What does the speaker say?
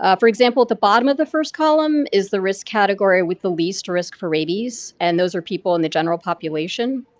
ah for example, at the bottom of the first column is the risk category with the least risk for rabies, and those people in the general population.